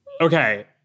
Okay